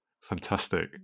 fantastic